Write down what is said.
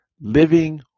living